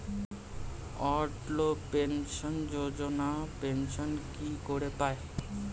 অটল pension Yojana pension কি করে পায়?